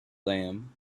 them